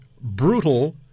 brutal